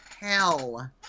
hell